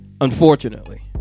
Unfortunately